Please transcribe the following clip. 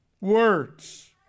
words